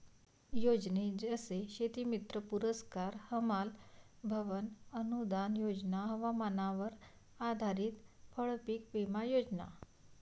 योजने जसे शेतीमित्र पुरस्कार, हमाल भवन अनूदान योजना, हवामानावर आधारित फळपीक विमा योजना